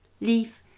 leaf